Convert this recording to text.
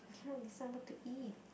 cannot decide what to eat